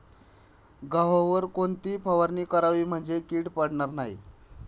गव्हावर कोणती फवारणी करावी म्हणजे कीड पडणार नाही?